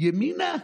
ימינה?